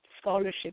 scholarship